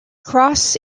cross